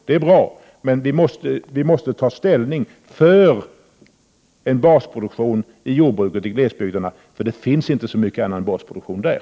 Det är bra, men vi måste ta ställning för en basproduktion i jordbruket i glesbygderna. Det finns nämligen inte så mycken annan basproduktion där.